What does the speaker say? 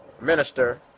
minister